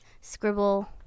scribble